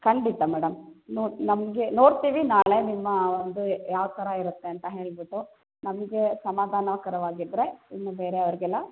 ಖಂಡಿತ ಮೇಡಮ್ ನೋಡಿ ನಮಗೆ ನೋಡ್ತೀವಿ ನಾಳೆ ನಿಮ್ಮ ಒಂದು ಯಾವಥರ ಇರುತ್ತೆ ಅಂತ ಹೇಳಿಬಿಟ್ಟು ನಮಗೆ ಸಮಾಧಾನಕರವಾಗಿದ್ದರೆ ಇನ್ನು ಬೇರೆಯವ್ರಿಗೆಲ್ಲ